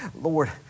Lord